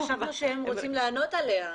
חשבנו שהם רוצים לענות עליה,